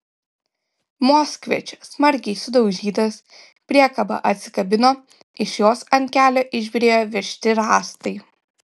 moskvič smarkiai sudaužytas priekaba atsikabino iš jos ant kelio išbyrėjo vežti rąstai